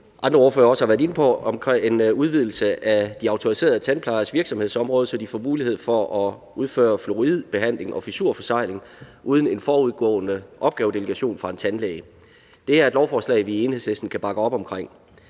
andre ordførere også har været inde på, en udvidelse af de autoriserede tandplejeres virksomhedsområde, så de får mulighed for at udføre fuoridbehandling og fissurforsegling uden en forudgående opgavedelegation fra en tandlæge. Det er et lovforslag, vi i Enhedslisten kan bakke op omkring.